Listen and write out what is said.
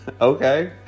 Okay